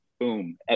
boom